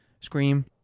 Scream